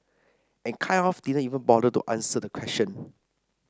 and kind of didn't even bother to answer the question